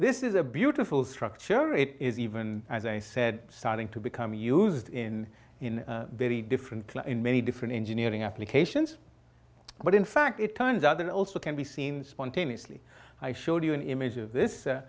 this is a beautiful structure it is even as i said starting to become used in very different in many different engineering applications but in fact it turns out that also can be seen spontaneously i showed you an image of this